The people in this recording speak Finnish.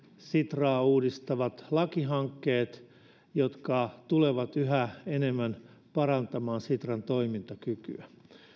sitraa uudistavat lakihankkeet jotka tulevat yhä enemmän parantamaan sitran toimintakykyä